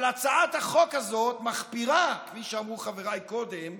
אבל הצעת החוק הזאת מחפירה, כפי שאמרו חבריי קודם,